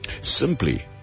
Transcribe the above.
simply